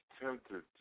tempted